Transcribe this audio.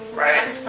right?